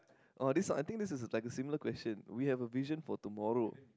oh this not I think this is like a similar question we have a vision for tomorrow